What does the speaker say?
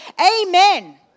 Amen